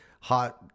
hot